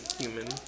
human